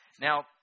Now